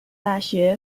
大学